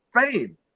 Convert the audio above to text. fame